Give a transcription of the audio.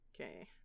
Okay